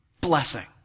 blessing